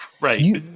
Right